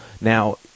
Now